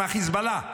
עם החיזבאללה.